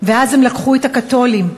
ואז הם לקחו את הקתולים,